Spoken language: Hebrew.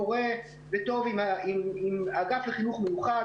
פורה וטוב עם האגף לחינוך מיוחד.